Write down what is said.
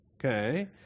Okay